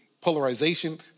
polarization